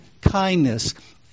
kindness